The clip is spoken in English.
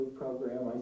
program